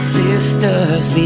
sisters